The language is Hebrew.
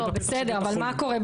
בסדר, אבל מה קורה?